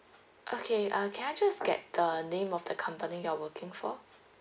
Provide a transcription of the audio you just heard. okay uh can I just get the name of the company you are working for